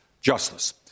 justice